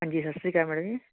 ਹਾਂਜੀ ਸਤਿ ਸ਼੍ਰੀ ਅਕਾਲ ਮੈਡਮ ਜੀ